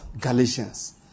Galatians